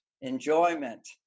enjoyment